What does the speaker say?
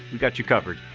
we've got you covered!